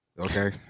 okay